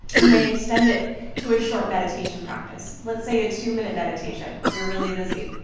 you may extend it to a short meditation practice, let's say a two-minute meditation. you're really busy.